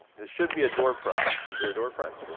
it should be a door prize. is there a door prize?